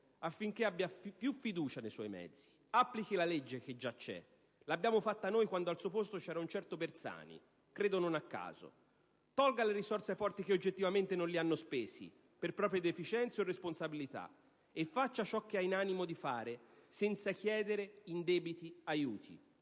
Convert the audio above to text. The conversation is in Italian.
affinché abbia più fiducia nei suoi mezzi. Applichi la legge già in vigore; l'abbiamo fatta noi, quando al suo posto c'era un certo Bersani, credo non a caso. Tolga le risorse ai porti che oggettivamente non li hanno spesi, per proprie deficienze o responsabilità, e faccia ciò che ha in animo di fare senza chiedere indebiti aiuti.